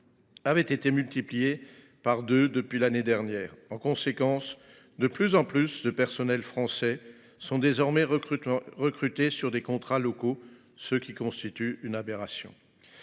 avait été multiplié par deux par rapport à l’année précédente. En conséquence, de plus en plus de personnels français sont désormais recrutés sur des contrats locaux, ce qui constitue une aberration.